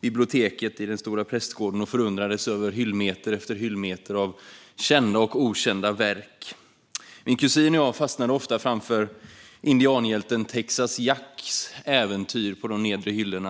biblioteket i den stora prästgården och förundrades över hyllmeter efter hyllmeter av kända och okända verk. Min kusin och jag fastnade ofta framför indianhjälten Texas Jacks äventyr på de nedre hyllorna.